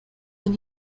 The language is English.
when